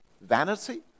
vanity